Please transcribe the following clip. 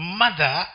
mother